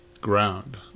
ground